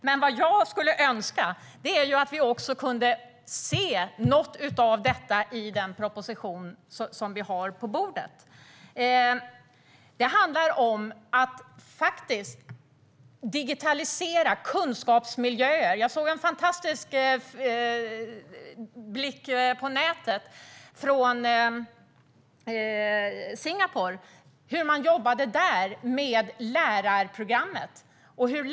Men jag önskar att vi även kunde se något av det i den proposition som ligger på bordet. Det handlar om att digitalisera kunskapsmiljöer. Jag såg en fantastisk sak på nätet om hur man jobbar med lärarprogrammet i Singapore.